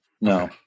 No